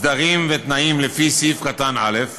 סדרים ותנאים לפי סעיף קטן (א),